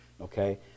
okay